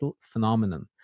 phenomenon